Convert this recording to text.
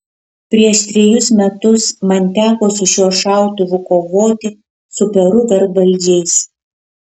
prieš trejus metus man teko su šiuo šautuvu kovoti su peru vergvaldžiais